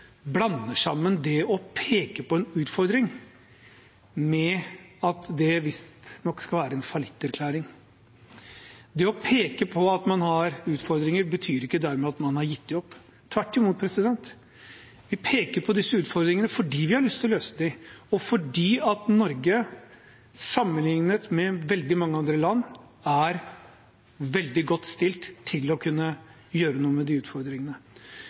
det visstnok skal være en fallitterklæring. Det å peke på at man har utfordringer, betyr ikke dermed at man har gitt dem opp. Tvert imot, vi peker på disse utfordringene fordi vi har lyst til å løse dem, og fordi Norge, sammenlignet med mange andre land, er veldig godt stilt til å kunne gjøre noe med disse utfordringene.